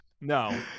No